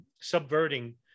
subverting